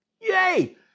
yay